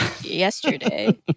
yesterday